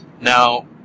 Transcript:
Now